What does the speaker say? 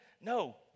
no